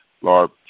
Lord